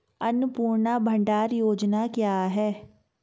अन्नपूर्णा भंडार योजना क्या है?